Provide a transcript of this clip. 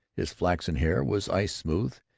his flaxen hair was ice-smooth,